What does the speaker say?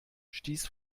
stieß